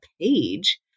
page